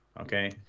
Okay